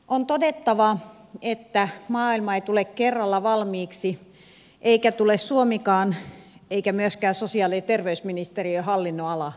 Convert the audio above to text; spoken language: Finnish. on todettava että maailma ei tule kerralla valmiiksi eikä tule suomikaan eikä myöskään sosiaali ja terveysministeriön hallinnonala valitettavasti